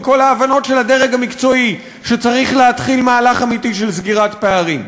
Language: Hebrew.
מכל ההבנות של הדרג המקצועי שצריך להתחיל מהלך אמיתי של סגירת פערים.